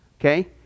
okay